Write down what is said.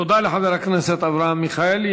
תודה לחבר הכנסת אברהם מיכאלי.